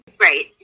Right